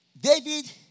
David